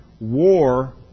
war